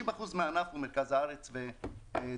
30 אחוזים מהענף במרכז הארץ ודרומה.